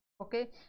okay